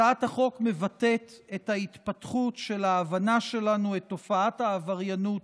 הצעת החוק מבטאת את ההתפתחות של ההבנה שלנו את תופעת העבריינות